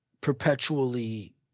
perpetually